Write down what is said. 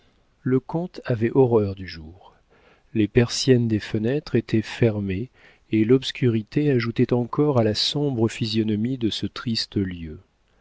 le comte avait horreur du jour les persiennes des fenêtres étaient fermées et l'obscurité ajoutait encore à la sombre physionomie de ce triste lieu